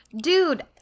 dude